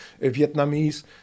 Vietnamese